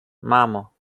mamo